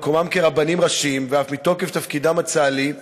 במקומם כרבנים ראשיים ואף מתוקף תפקידם הצה"לי,